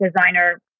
designer